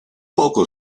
poco